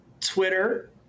twitter